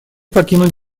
покинуть